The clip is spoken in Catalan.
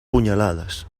punyalades